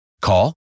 Call